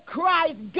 Christ